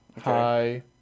Hi